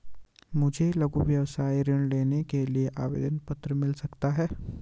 मुझे लघु व्यवसाय ऋण लेने के लिए आवेदन पत्र मिल सकता है?